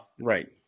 Right